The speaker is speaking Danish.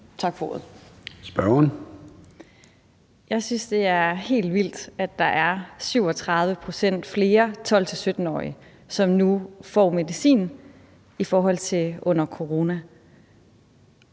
13:12 Lotte Rod (RV): Jeg synes, det er helt vildt, at der er 37 pct. flere 12-17-årige, som nu får medicin, i forhold til under corona.